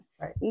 Right